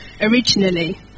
originally